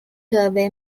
survey